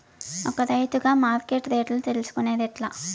ఒక రైతుగా మార్కెట్ రేట్లు తెలుసుకొనేది ఎట్లా?